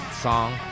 song